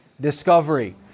discovery